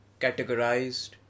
categorized